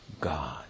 God